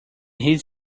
his